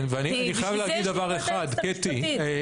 כן, ואני חייב להגיד דבר אחד, קטי.